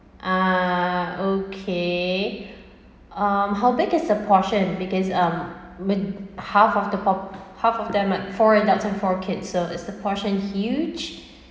uh okay um how big is the portion because um ma~ half of the por~ half of them like four adults and four kids so is the portion huge